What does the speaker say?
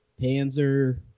Panzer